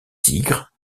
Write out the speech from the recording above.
tigre